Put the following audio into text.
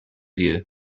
you